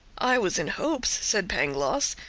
i was in hopes, said pangloss,